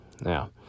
Now